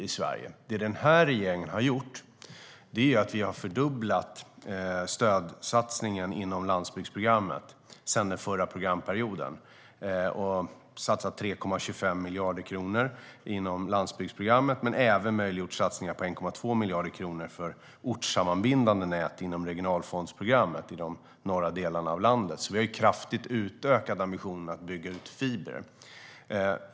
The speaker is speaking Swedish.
Det vi i den här regeringen har gjort är att vi har fördubblat stödsatsningen inom landsbygdsprogrammet sedan den förra programperioden. Vi har satsat 3,25 miljarder kronor inom landsbygdsprogrammet men även möjliggjort satsningar på 1,2 miljarder kronor för ortssammanbindande nät inom regionalfondsprogrammet i de norra delarna av landet. Vi har alltså kraftigt utökat ambitionen att bygga ut fiber.